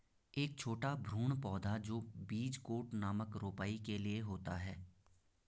एक छोटा भ्रूण पौधा जो बीज कोट नामक रोपाई के लिए होता है